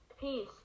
Peace